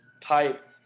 type